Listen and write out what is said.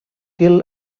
kill